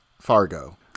Fargo